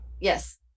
Yes